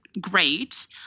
great